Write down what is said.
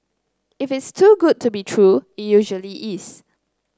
if it's too good to be true it usually is